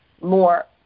more